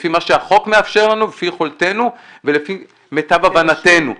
לפי מה שהחוק מאפשר לנו ולפי יכולתנו ולפי מיטב הבנתנו.